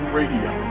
radio